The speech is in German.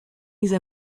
diese